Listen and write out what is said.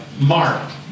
Mark